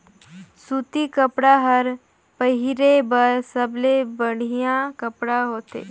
सूती कपड़ा हर पहिरे बर सबले बड़िहा कपड़ा होथे